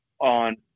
on –